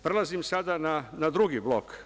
Prelazim sada na drugi blok.